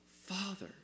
Father